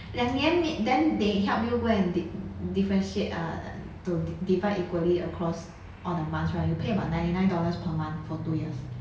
两年 then they help you go and di~ differentiate uh to divide equally across all the months right you pay about ninety nine dollars per month for two years